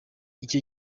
icyo